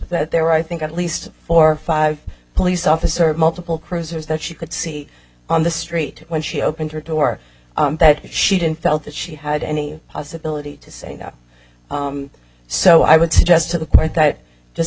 that there were i think at least four or five police officers multiple cruisers that she could see on the street when she opened her door that she didn't felt that she had any possibility to say no so i would suggest to the court i just